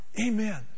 amen